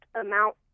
amount